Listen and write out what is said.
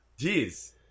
Jeez